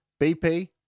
BP